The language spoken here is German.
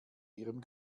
ihrem